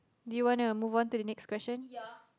do you wanna move on to the next question